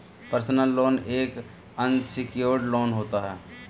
personal loan एक unsecured loan होता है